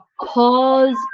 pause